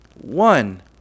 one